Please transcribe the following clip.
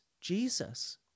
Jesus